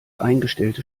eingestellte